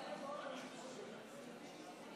אני אגיד לך, ראש השנה, זה גם משמעותי פה היום.